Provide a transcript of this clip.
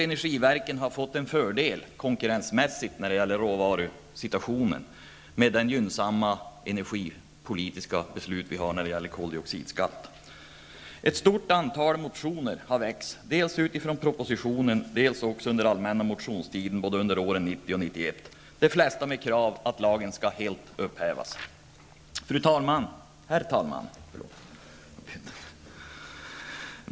Energiverken har fått en konkurrensmässig fördel när det gäller råvaror på grund av de gynnsamma energipolitiska besluten avseende koldioxidskatten. Ett stort antal motioner har väckts dels utifrån propositionen, dels under allmänna motionstiden åren 1990 och 1991. I de flesta motioner finns kravet att lagen skall upphävas. Herr talman!